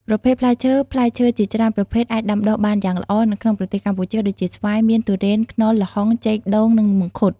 ប្រភេទផ្លែឈើ ផ្លែឈើជាច្រើនប្រភេទអាចដាំដុះបានយ៉ាងល្អនៅក្នុងប្រទេសកម្ពុជាដូចជា ស្វាយ មៀន ធូរ៉េន ខ្នុរ ល្ហុង ចេក ដូង និងមង្ឃុត។